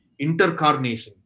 intercarnation